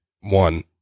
one